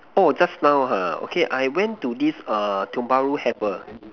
orh just now ha okay I went to this err Tiong-Bahru have a